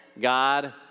God